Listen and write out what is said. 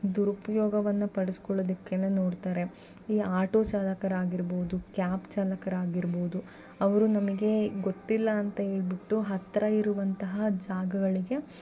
ದುರುಪಯೋಗವನ್ನು ಪಡಿಸ್ಕೊಳ್ಳೋದಿಕ್ಕೆ ನೋಡ್ತಾರೆ ಈ ಆಟೋ ಚಾಲಕರಾಗಿರ್ಬೌದು ಕ್ಯಾಬ್ ಚಾಲಕರಾಗಿರ್ಬೌದು ಅವರು ನಮಗೆ ಗೊತ್ತಿಲ್ಲ ಅಂತ ಹೇಳ್ಬಿಟ್ಟು ಹತ್ತಿರ ಇರುವಂತಹ ಜಾಗಗಳಿಗೆ